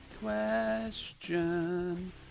question